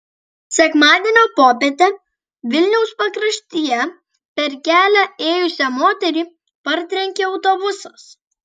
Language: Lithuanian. sekmadienio popietę vilniaus pakraštyje per kelią ėjusią moterį partrenkė autobusas